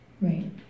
Right